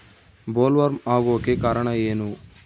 Bollworm ಆಗೋಕೆ ಕಾರಣ ಏನು?